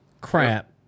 crap